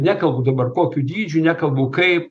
nekalbu dabar kokiu dydžiu nekalbu kaip